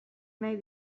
nahi